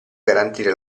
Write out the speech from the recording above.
garantire